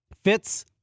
Fitz